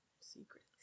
Secrets